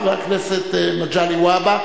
חבר הכנסת מגלי והבה,